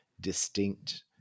distinct